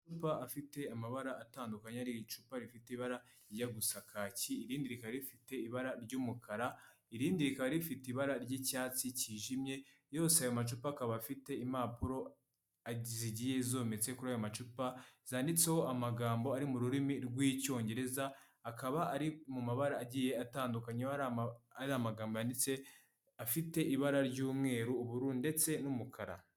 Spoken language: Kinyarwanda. Afite amabara atandukanye yari icupa rifite ibara rijya gusa kaki irindi rifite ibara ry'umukara irindi rikaba rifite ibara ry'icyatsi cyijimye yose ayo macupa akaba afite impapuro zigiye zometseho kuri aya macupa zanditseho amagambo ari mu rurimi rw'icyongereza akaba ari mu mabara agiye atandukanye ari magambo yanditse afite ibara ry'umweru , ubururu ndetse n'umukara.